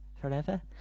Forever